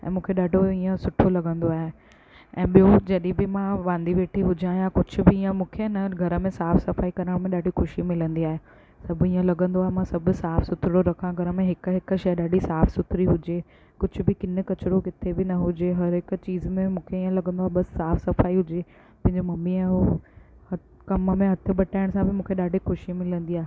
ऐं मूंखे ॾाढो सुठो इअं सुठो लॻंदो आहे ऐं ॿियो जॾहिं बि मां वांधी वेठी हुजा या कुझु बि इहो मूंखे न घर में साफ़ु सफ़ाई करण में ॾाढी ख़ुशी मिलंदी आहे सभु इअं लॻंदो आहे मां सभु साफ़ु सुथिरो रखा घर में हिकु हिकु शइ ॾाढी साफ़ु सुथिरी हुजे कुझु बि किन किचिरो किथे बि न हुजे हर हिकु चीज़ में मूंखे इहो लॻंदो आहे बसि साफ़ु सफ़ाई हुजे पंहिंजो मम्मीअ जो ह कमु में हथु बटाइण सां बि मूंखे ॾाढी ख़ुशी मिलंदी आहे